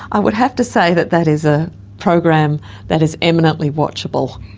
i would have to say that that is a program that is eminently watchable.